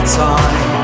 time